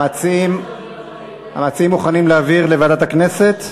המציעים מוכנים להעביר לוועדת הכנסת?